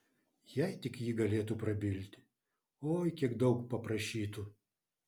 jei tik ji galėtų prabilti oi kiek daug paprašytų